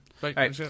Bye